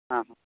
ᱦᱮᱸ